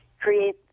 create